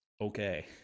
okay